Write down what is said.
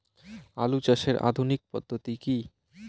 আলু চাষের আধুনিক পদ্ধতি কি?